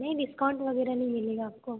नहीं डिस्काउंट वगैरह नहीं मिलेगा आपको